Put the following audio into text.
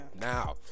Now